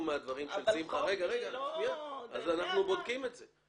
מהדברים של שמחה --- אבל חוק זה לא --- אז אנחנו בודקים את זה.